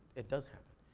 it does happen.